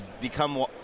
become